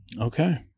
Okay